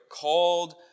Called